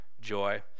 joy